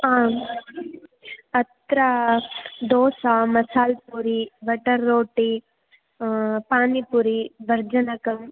आम् अत्र दोसा मसाल् पुरि बटर् रोटि पानिपुरि बर्जनकम्